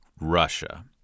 Russia